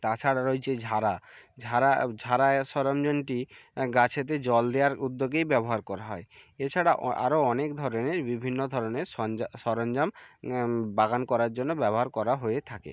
তাছাড়া রয়েছে ঝাড়া ঝাড়া ঝাড়া এ সরঞ্জামটি গাছেতে জল দেওয়ার উদ্যোগেই ব্যবহার কর হয় এছাড়া ও আরও অনেক ধরনের বিভিন্ন ধরনের সঞ্জাম সরঞ্জাম বাগান করার জন্য ব্যবহার করা হয়ে থাকে